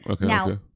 Now